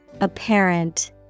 Apparent